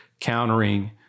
countering